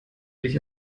dich